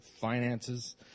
finances